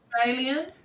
Australian